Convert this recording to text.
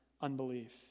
unbelief